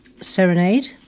Serenade